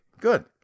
good